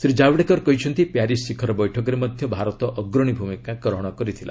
ଶ୍ରୀ ଜାବଡେକର କହିଛନ୍ତି ପ୍ୟାରିସ୍ ଶିଖର ବୈଠକରେ ମଧ୍ୟ ଭାରତ ଅଗ୍ରଣୀ ଭୂମିକା ଗ୍ରହଣ କରିଥିଲା